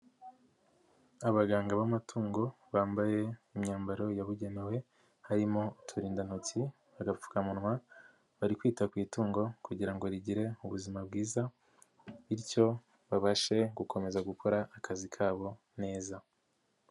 Abaganga b'amatungo bambaye imyambaro yabugenewe, harimo: uturindantoki, agapfukamunwa, bari kwita ku itungo kugira ngo rigire ubuzima bwiza, bityo babashe gukomeza gukora akazi kabo neza.